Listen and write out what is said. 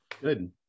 Good